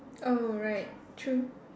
oh right true